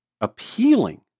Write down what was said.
appealing